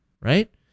right